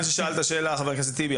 שאלת שאלה, חבר הכנסת טיבי.